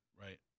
Right